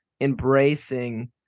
embracing